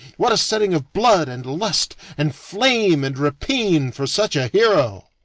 what a setting of blood and lust and flame and rapine for such a hero!